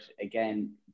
again